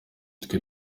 twe